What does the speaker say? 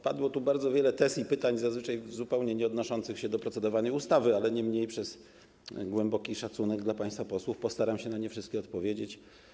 Padło tu bardzo wiele tez i pytań, zazwyczaj zupełnie nieodnoszących się do procedowanej ustawy, niemniej przez głęboki szacunek dla państwa posłów postaram się na nie wszystkie odpowiedzieć.